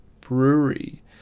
brewery